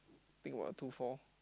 think what two four